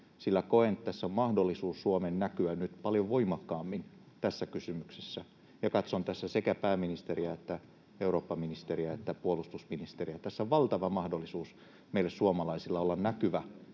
Suomen on mahdollisuus näkyä nyt paljon voimakkaammin, ja katson tässä sekä pääministeriä että eurooppaministeriä että puolustusministeriä. Tässä on valtava mahdollisuus meille suomalaisille olla näkyvä